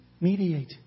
Mediate